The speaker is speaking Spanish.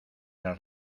las